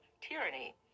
tyranny